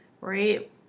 right